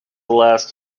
last